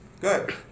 Good